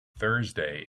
thursday